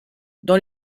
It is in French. dans